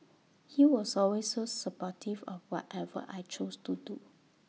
he was always so supportive of whatever I chose to do